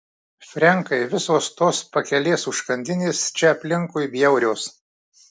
frenkai visos tos pakelės užkandinės čia aplinkui bjaurios